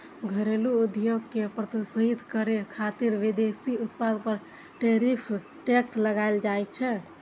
घरेलू उद्योग कें प्रोत्साहितो करै खातिर विदेशी उत्पाद पर टैरिफ टैक्स लगाएल जाइ छै